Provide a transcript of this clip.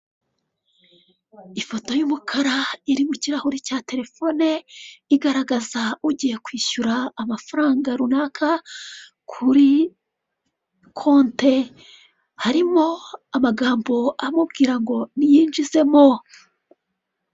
Ifoto y'umukara iri mu kirahuri cya telefone igaragaza ugiye kwishyura amafaranga runaka kuri konte harimo, amagambo amubwira ngo niyinjizemo.